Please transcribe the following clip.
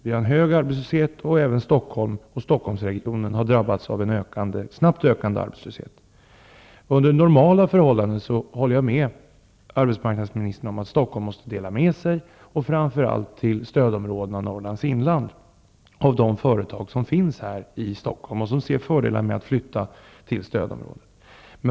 Vi har hög arbetslöshet, och även Stockholmsregionen har drabbats av den snabbt ökande arbetslösheten. Jag håller med arbetsmarknadsministern om att Stockholm under normala förhållanden måste dela med sig, framför allt till stödområdena och Norrlands inland, av de företag som finns här i Stockholm och som ser fördelarna med att flytta till stödområden.